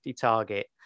target